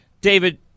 David